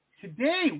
today